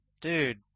Dude